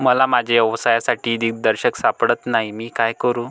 मला माझ्या व्यवसायासाठी दिग्दर्शक सापडत नाही मी काय करू?